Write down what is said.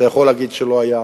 אתה יכול להגיד שלא היתה